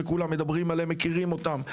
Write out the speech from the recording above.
וכולם מדברים עליהם ומכירים אותם.